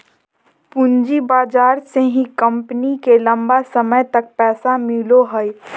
पूँजी बाजार से ही कम्पनी के लम्बा समय तक पैसा मिलो हइ